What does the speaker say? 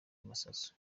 masasu